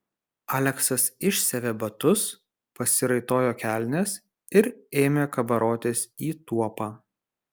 aleksas išsiavė batus pasiraitojo kelnes ir ėmė kabarotis į tuopą